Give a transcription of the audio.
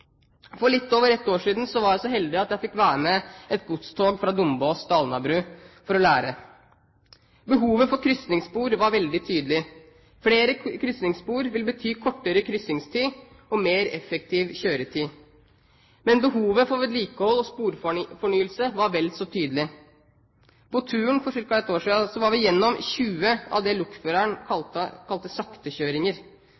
For litt over et år siden var jeg så heldig at jeg fikk være med et godstog fra Dombås til Alnabru for å lære. Behovet for krysningsspor var veldig tydelig. Flere krysningsspor vil bety kortere krysningstid og mer effektiv kjøretid. Men behovet for vedlikehold og sporfornyelse var vel så tydelig. På turen for ca. et år siden var vi gjennom 20 av det